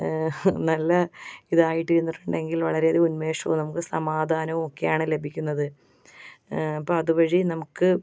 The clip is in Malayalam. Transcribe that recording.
നല്ല ഇതായിട്ടിരുന്നിട്ടുണ്ടെങ്കിൽ വളരെയധികം ഉന്മേഷവും നമുക്ക് സമാധാനൊക്കെയാണ് ലഭിക്കുന്നത് അപ്പം അതുവഴി നമുക്ക്